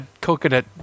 Coconut